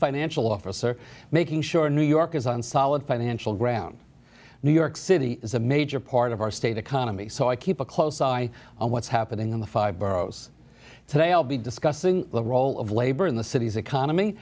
financial officer making sure new york is on solid financial ground new york city is a major part of our state economy so i keep a close eye on what's happening in the five boroughs today i'll be discussing the role of labor in the city's economy